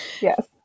yes